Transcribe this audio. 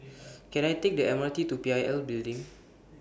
Can I Take The M R T to P I L Building